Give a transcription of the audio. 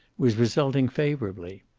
was resulting favorably.